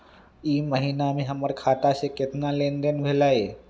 ई महीना में हमर खाता से केतना लेनदेन भेलइ?